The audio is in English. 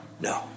No